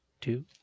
two